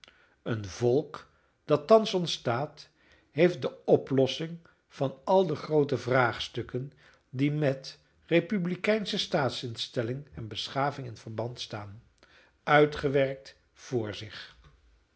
een volk dat thans ontstaat heeft de oplossing van al de groote vraagstukken die met republikeinsche staatsinstelling en beschaving in verband staan uitgewerkt vr zich